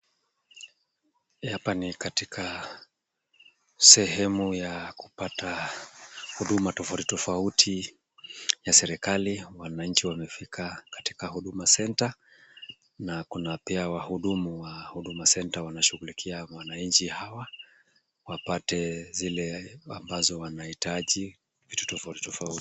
Hapa ni katika sehemu ya kupata huduma tofauti tofauti ya serikali, wananchi wamefika katika Huduma Center , na kuna pia wahudumu wa Huduma Center , wanashughulikia wananchi hawa, wapate zile ambazo wanahitaji vitu tofauti tofauti.